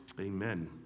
amen